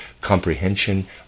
comprehension